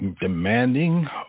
demanding